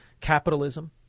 capitalism